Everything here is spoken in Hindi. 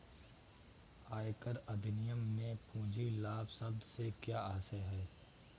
आयकर अधिनियम में पूंजी लाभ शब्द से क्या आशय है?